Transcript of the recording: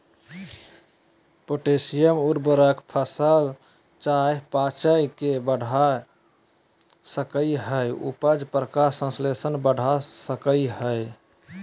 potassium उर्वरक फसल चयापचय के बढ़ा सकई हई, उपज, प्रकाश संश्लेषण बढ़ा सकई हई